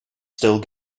still